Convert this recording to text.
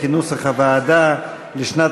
כנוסח הוועדה.